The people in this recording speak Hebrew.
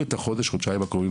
תנצלו את החודש חודשיים האלה,